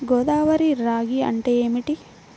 గోదావరి రాగి అంటే ఏమిటి?